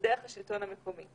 זה דרך השלטון המקומי.